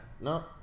No